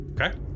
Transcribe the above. okay